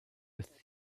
with